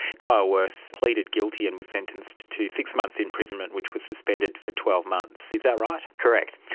kyle wirth pleaded guilty and was sentenced to six months imprisonment which was suspended for twelve months. is that right? correct.